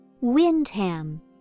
Windham